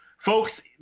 folks